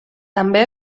també